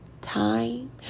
time